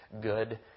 good